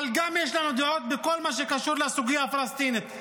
אבל יש לנו דעות גם בכל מה שקשור לסוגיה הפלסטינית.